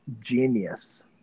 genius